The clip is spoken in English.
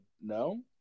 no